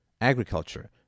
agriculture